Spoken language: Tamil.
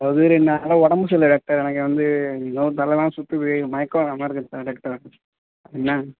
அதாவது ரெண்டு நாளாக உடம்பு சரி இல்லை டாக்டர் எனக்கு வந்து ஏதோ தலையெல்லாம் சுத்துது மயக்கம் வர்ற மாதிரி இருக்குது டாக்டர் என்ன